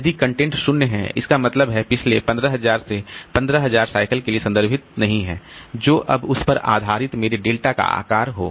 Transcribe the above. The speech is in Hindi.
यदि कंटेंट शून्य है इसका मतलब है यह पिछले 15 000 से 15 000 साइकिल के लिए संदर्भित नहीं है जो भी उस पर आधारित मेरे डेल्टा का आकार हो